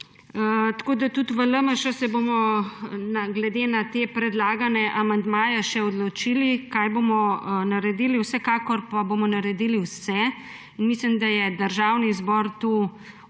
Tudi v LMŠ se bomo glede na te predlagane amandmaje še odločili, kaj bomo naredili. Vsekakor pa bomo naredili vse, in mislim, da je Državni zbor tu odgovoren,